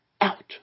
out